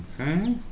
Okay